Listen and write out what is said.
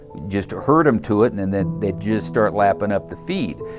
just herd em to it, and and then they'd just start lappin' up the feed.